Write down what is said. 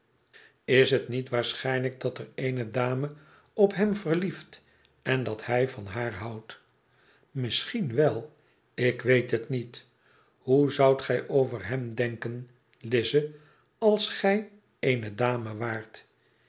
is het niet waarschijnlijk dat er eene dame op hem verlieft en dat hij van haar houdt misschien wel ik weet het niet hoe zoudt gij over hem denken lize als gij eene dame waart